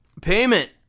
Payment